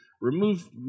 remove